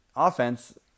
offense